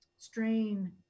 Strain